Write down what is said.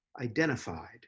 identified